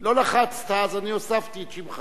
לא לחצת, אז אני הוספתי את שמך,